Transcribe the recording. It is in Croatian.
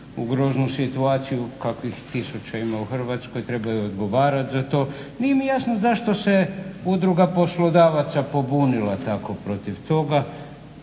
u groznu situaciju, kakvih tisuće ima u Hrvatskoj, trebaju odgovarat za to. Nije mi jasno zašto se Udruga poslodavaca pobunila tako protiv toga?